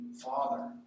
Father